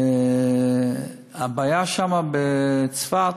הבעיה שם, בצפת,